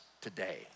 today